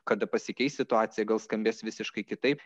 kada pasikeis situacija gal skambės visiškai kitaip